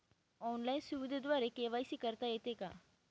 Online सुविधेद्वारे KYC करता येते का?